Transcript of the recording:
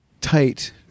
tight